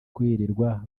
kwirirwa